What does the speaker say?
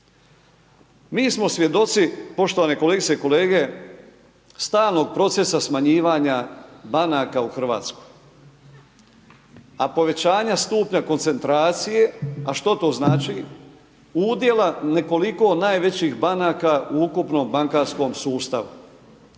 Mi smo svjedoci, poštovane kolegice i kolege, stalnog procesa smanjivanja banaka u Hrvatskoj. A povećanja stupnja stupnja koncentracije, a što to znači? Udjela nekoliko najvećih banaka u ukupnom bankarskom sustavu.